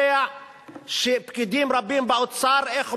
אני יודע שפקידים רבים באוצר, איך אומרים,